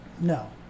no